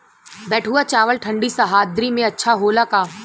बैठुआ चावल ठंडी सह्याद्री में अच्छा होला का?